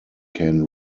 can